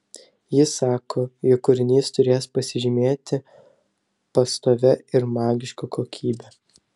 jis sako jog kūrinys turės pasižymėti pastovia ir magiška kokybe